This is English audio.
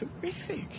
Terrific